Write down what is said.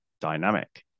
dynamic